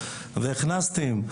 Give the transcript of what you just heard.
והכנסתם,